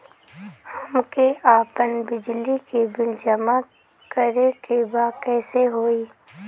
हमके आपन बिजली के बिल जमा करे के बा कैसे होई?